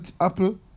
Apple